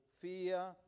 fear